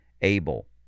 able